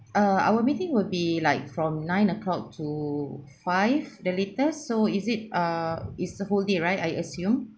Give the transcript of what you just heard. uh our meeting would be like from nine o'clock to five the latest so is it err it's a whole day right I assume